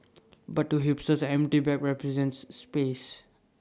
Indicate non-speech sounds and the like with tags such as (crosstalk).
(noise) but to hipsters an empty bag represents space